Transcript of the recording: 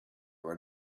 were